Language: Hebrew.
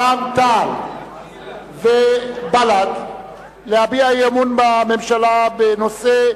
רע"ם-תע"ל ובל"ד להביע אי-אמון בממשלה בנושא: